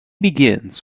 begins